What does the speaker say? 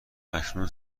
اکنون